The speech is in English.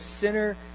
sinner